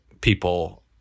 people